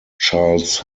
charles